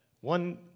One